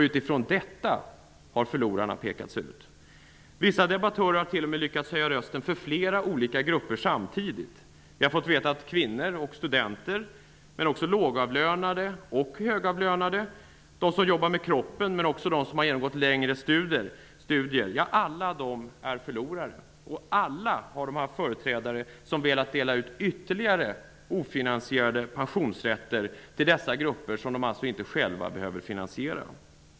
Utifrån detta har förlorarna pekats ut. Vissa debattörer har t.o.m. lyckats höja rösten för fler olika grupper samtidigt. Vi har fått veta att kvinnor och studenter men också lågavlönade och högavlönade, de som jobbar med kroppen och de som har genomgått längre studier alla är förlorare. Alla har de haft företrädare som velat dela ut ytterligare ofinansierade pensionsrätter till dessa grupper, som de alltså inte själva behöver finansiera.